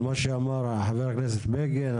על מה שאמר חבר הכנסת בגין?